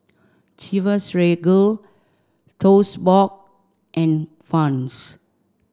Chivas Regal Toast Box and Vans